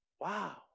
wow